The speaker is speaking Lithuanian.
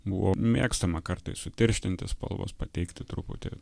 buvo mėgstama kartais sutirštinti spalvas pateikti truputį